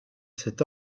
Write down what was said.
cet